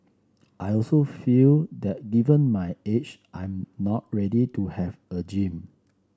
I also feel that given my age I'm not ready to have a gym